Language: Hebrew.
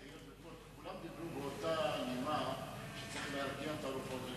היות שכולם דיברו באותה נימה שצריך להרגיע את הרוחות,